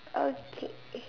okay